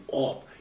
up